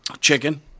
Chicken